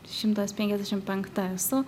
šimtas penkiasdešim penkta esu